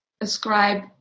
ascribe